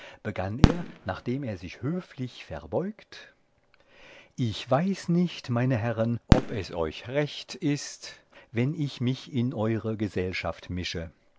begann er nachdem er sich höflich verbeugt ich weiß nicht meine herren ob es euch recht ist wenn ich mich in eure gesellschaft mische